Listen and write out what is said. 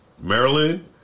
Maryland